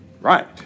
Right